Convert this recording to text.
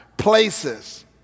places